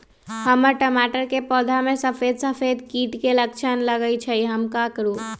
हमर टमाटर के पौधा में सफेद सफेद कीट के लक्षण लगई थई हम का करू?